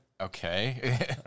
okay